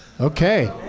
Okay